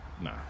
Nah